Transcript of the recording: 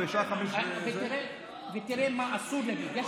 תראה מה אסור להגיד.